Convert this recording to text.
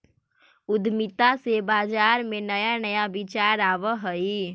उद्यमिता से बाजार में नया नया विचार आवऽ हइ